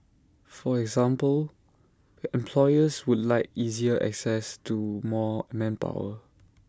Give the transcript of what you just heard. for example employers would like easier access to more manpower